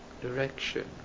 direction